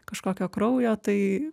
kažkokio kraujo tai